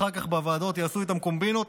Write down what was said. אחר כך בוועדות יעשו איתם קומבינות.